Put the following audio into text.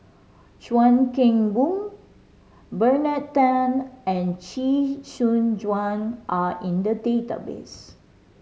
Chuan Keng Boon Bernard Tan and Chee Soon Juan are in the database